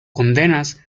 condenas